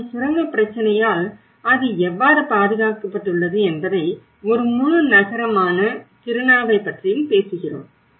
மேலும் சுரங்கப் பிரச்சினையால் அது எவ்வாறு பாதுகாக்கப்பட்டுள்ளது என்பதை ஒரு முழு நகரமான கிருணாவைப் பற்றியும் பேசுகிறோம்